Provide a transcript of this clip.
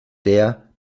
der